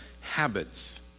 habits